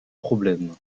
problème